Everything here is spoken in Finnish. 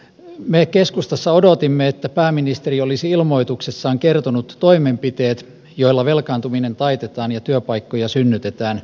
me keskustassa odotimme että pääministeri olisi ilmoituksessaan kertonut toimenpiteet joilla velkaantuminen taitetaan ja työpaikkoja synnytetään